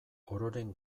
ororen